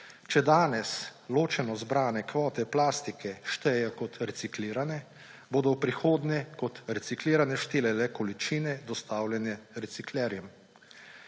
Če danes ločeno zbrane kvote plastike štejejo kot reciklirane, bodo v prihodnje kot reciklirane štele le količine, dostavljene reciklerjem.